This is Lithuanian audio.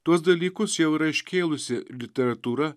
tuos dalykus jau yra iškėlusi literatūra